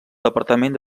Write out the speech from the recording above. departament